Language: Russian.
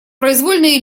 произвольные